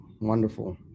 wonderful